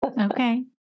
Okay